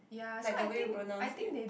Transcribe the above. like the way we pronounce it